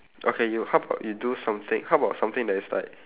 okay you how about you do something how about something that is like